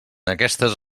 aquestes